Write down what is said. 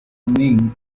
min